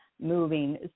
moving